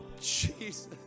Jesus